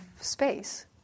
space